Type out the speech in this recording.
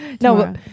no